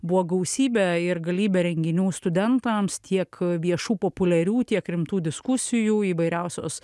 buvo gausybė ir galybė renginių studentams tiek viešų populiarių tiek rimtų diskusijų įvairiausios